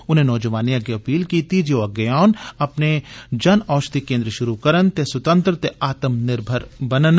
उनें नौजोआनें अग्गै अपील कीती जे ओह् अग्गै औन अपने जन औषधि केन्द्र शुरू करन ते स्वतंत्र ते आत्म निर्भर बनन